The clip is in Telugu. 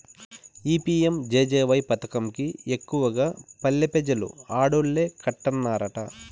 ఈ పి.యం.జె.జె.వై పదకం కి ఎక్కువగా పల్లె పెజలు ఆడోల్లే కట్టన్నారట